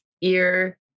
ear